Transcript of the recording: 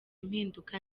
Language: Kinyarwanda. impinduka